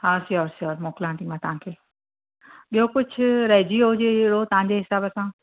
हा sure sure मोकलियां थी मां तव्हांखे ॿियो कुझु रहिजी वियो हुजे हेणो तव्हांजे हिसाबु सां